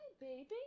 baby